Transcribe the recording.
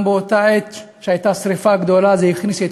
גם באותה עת שהייתה השרפה הגדולה זה הכניס את